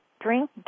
drink